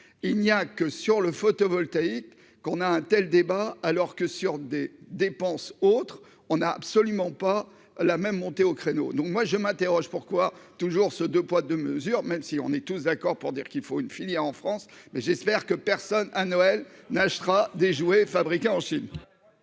il n'y a que sur le photovoltaïque, qu'on a un tel débat alors que sur des dépenses autre on n'a absolument pas la même monté au créneau, donc moi je m'interroge : pourquoi toujours ce 2 poids, 2 mesures, même si on est tous d'accord pour dire qu'il faut une filière en France mais j'espère que personne à Noël achètera des jouets fabriqués en Chine.